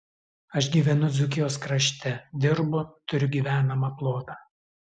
aš gyvenu dzūkijos krašte dirbu turiu gyvenamą plotą